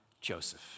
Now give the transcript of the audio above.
Joseph